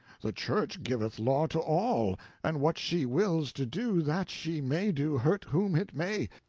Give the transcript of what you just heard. the church giveth law to all and what she wills to do, that she may do, hurt whom it may.